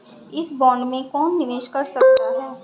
इस बॉन्ड में कौन निवेश कर सकता है?